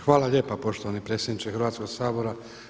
Hvala lijepo poštovani predsjedniče Hrvatskog sabora.